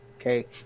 okay